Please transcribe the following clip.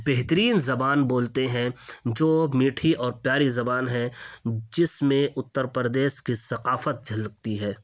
بہترین زبان بولتے ہیں جو میٹھی اور پیاری زبان ہے جس میں اتّر پردیش كی ثقافت جھلكتی ہے